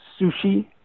sushi